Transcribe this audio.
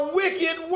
wicked